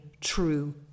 true